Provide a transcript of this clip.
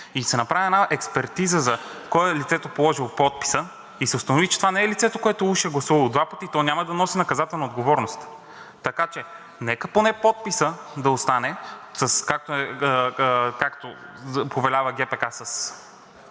и се направи една експертиза за това кое е лицето, положило подписа, и се установи, че това не е лицето, което уж е гласувало два пъти, то няма да носи наказателна отговорност. Така че нека поне подписът да остане, както повелява ГПК, с